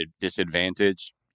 disadvantage